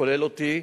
כולל אותי,